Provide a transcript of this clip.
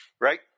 Right